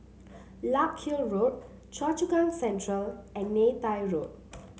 Larkhill Road Choa Chu Kang Central and Neythai Road